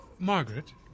Margaret